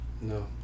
No